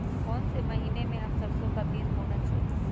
कौन से महीने में हम सरसो का बीज बोना चाहिए?